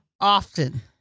often